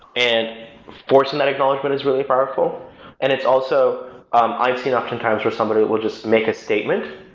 and forcing that acknowledgment is really powerful and it's also um i've seen oftentimes where somebody will just make a statement,